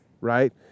right